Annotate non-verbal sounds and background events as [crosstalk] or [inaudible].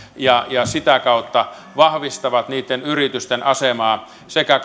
ja ja sitä kautta vahvistavat niitten yritysten asemaa sekä [unintelligible]